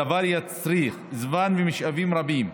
הדבר יצריך זמן ומשאבים רבים,